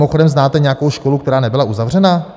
Mimochodem znáte nějakou školu, která nebyla uzavřena?